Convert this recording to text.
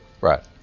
Right